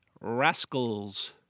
Rascals